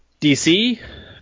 DC